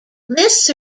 lists